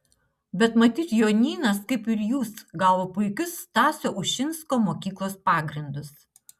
bet matyt jonynas kaip ir jūs gavo puikius stasio ušinsko mokyklos pagrindus